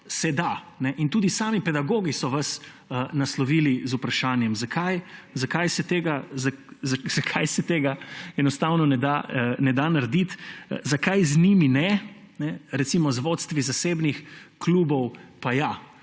se da. In tudi sami pedagogi so vas naslovili z vprašanjem, zakaj se tega enostavno ne da narediti. Zakaj z njimi ne, recimo z vodstvi zasebnih klubov pa ja?